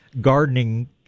gardening